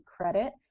credit